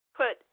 put